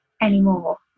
anymore